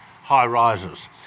high-rises